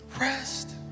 Rest